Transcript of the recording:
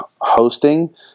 hosting